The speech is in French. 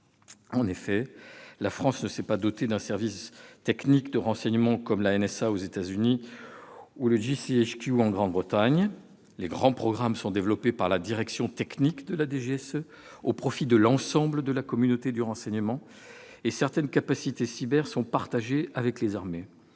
En effet, la France ne s'est pas dotée d'un service technique de renseignement comme la (NSA) aux États-Unis ou le (GCHQ) en Grande-Bretagne. Les grands programmes sont développés par la direction technique de la DGSE au profit de l'ensemble de la communauté du renseignement, et certaines capacités cyber sont partagées avec les armées.